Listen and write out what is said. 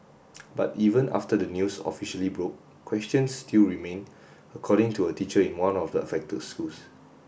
but even after the news officially broke questions still remain according to a teacher in one of the affected schools